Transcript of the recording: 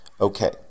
Okay